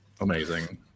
amazing